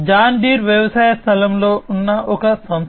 John Deere వ్యవసాయ స్థలంలో ఉన్న ఒక సంస్థ